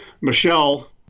Michelle